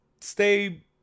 stay